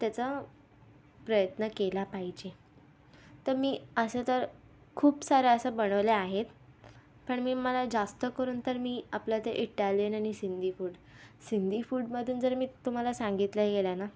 त्याचा प्रयत्न केला पाहिजे तर मी असं तर खूप सारं असं बनवल्या आहेत पण मी मला जास्त करून तर मी आपलं ते इटालियन आणि सिंधी फूड सिंधी फूडमधून जर मी तुम्हाला सांगितलं गेलं ना